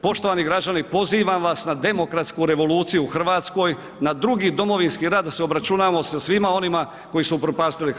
Poštovani građani, pozivam vas na demokratsku revoluciju u RH, na drugi domovinski rat da se obračunamo sa svima onima koji su upropastili RH.